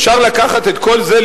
אפשר לקחת את כל זה,